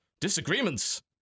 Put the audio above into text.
Disagreements